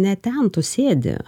ne ten tu sėdi